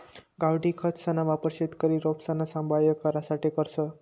गावठी खतसना वापर शेतकरी रोपसना सांभाय करासाठे करस